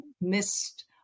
missed